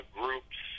groups